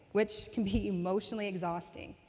which can be emotionally exhausting.